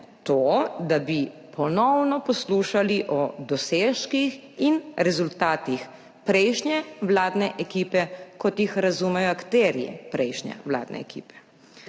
to, da bi ponovno poslušali o dosežkih in rezultatih prejšnje vladne ekipe, kot jih razumejo akterji prejšnje vladne ekipe,